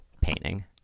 painting